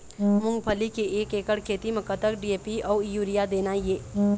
मूंगफली के एक एकड़ खेती म कतक डी.ए.पी अउ यूरिया देना ये?